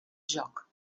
joc